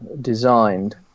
designed